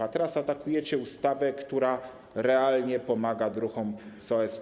A teraz atakujecie ustawę, która realnie pomaga druhom z OSP.